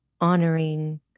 honoring